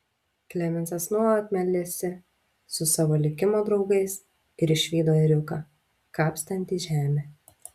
klemensas nuolat meldėsi su savo likimo draugais ir išvydo ėriuką kapstantį žemę